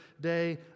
day